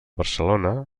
barcelona